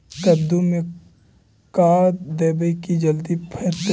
कददु मे का देबै की जल्दी फरतै?